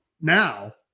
now